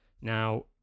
Now